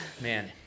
man